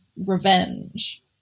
revenge